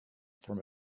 from